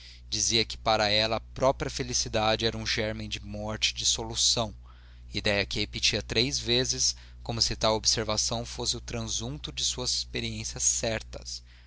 dizia que para ela a própria felicidade era um gérmen de morte e dissolução idéia que repetia três vezes como se tal observação fosse o transunto de suas experiências certas